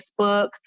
Facebook